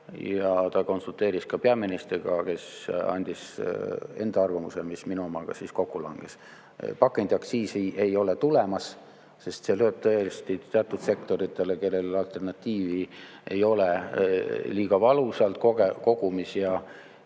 ja ta konsulteeris ka peaministriga, kes andis enda arvamuse, mis minu omaga kokku langes. Pakendiaktsiisi ei tule, sest see lööb tõesti teatud sektoritele, kellel alternatiivi ei ole, kogumis